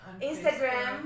Instagram